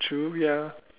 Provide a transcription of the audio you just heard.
true ya